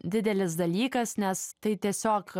didelis dalykas nes tai tiesiog